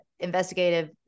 Investigative